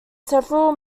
several